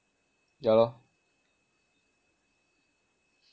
yah lor